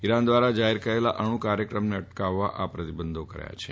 Iran દ્વારા જાહેર કરાયેલા અણુ કાર્યક્રમને અટકાવા આ પ્રતિબંધો લાગુ કર્યા છે